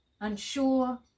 unsure